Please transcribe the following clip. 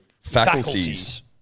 faculties